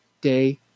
Day